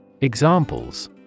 Examples